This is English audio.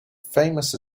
famous